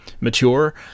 mature